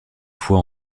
foi